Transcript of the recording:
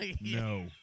no